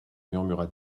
murmura